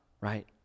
right